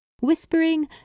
whispering